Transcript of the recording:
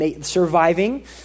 surviving